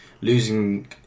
losing